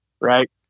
Right